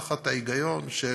תחת ההיגיון של